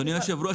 אדוני היושב ראש,